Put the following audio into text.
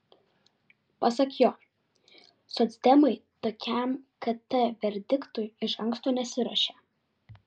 pasak jo socdemai tokiam kt verdiktui iš anksto nesiruošė